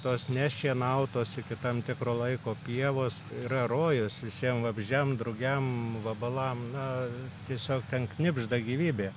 tos nešienautos iki tam tikro laiko pievos yra rojus visiem vabzdžiam drugiam vabalam na tiesiog ten knibžda gyvybė